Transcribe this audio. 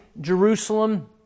Jerusalem